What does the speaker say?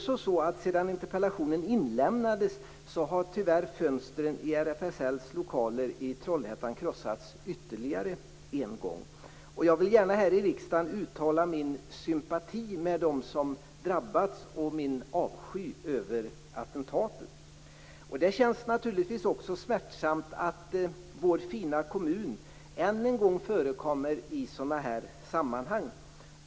Sedan interpellationen inlämnades har tyvärr fönstren i RFSL:s lokaler i Trollhättan krossats ytterligare en gång. Jag vill gärna här i riksdagen uttala min sympati med dem som drabbats och min avsky över attentatet. Det känns naturligtvis smärtsamt att vår fina kommun än en gång förekommer i sådana sammanhang.